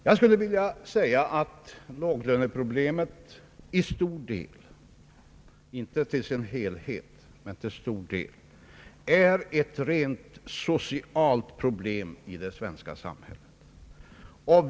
Jag skulle vilja säga att låglöneproblemet inte till sin helhet, men till stor del är ett rent socialt problem i det svenska samhället.